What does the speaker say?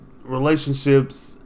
relationships